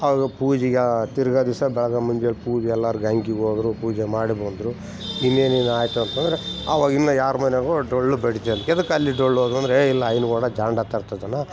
ಅವರು ಪೂಜಿಗೆ ತಿರ್ಗಾ ದಿವಸ ಬೆಳಗೆ ಮುಂಜಾನೆ ಪೂಜೆ ಎಲ್ಲಾರು ಗಂಗೆಗ್ ಹೋದ್ರು ಪೂಜೆ ಮಾಡಿ ಬಂದರು ಇನ್ನೇನಿಲ್ಲ ಆಯ್ತಾಪ್ಪಂದರೆ ಆವಾಗ ಇನ್ನು ಯಾರ ಮನೆಗು ಡೊಳ್ಳು ಬಡಿತಾರೆ ಎದಕ್ಕೆ ಅಲ್ಲಿ ಡೊಳ್ಳು ಅಂದರೆ ಏ ಇಲ್ಲ ಆಯ್ನು ಕೂಡ ಜಾಂಡ ತರ್ತಿದಾನೆ